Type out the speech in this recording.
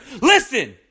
Listen